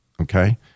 okay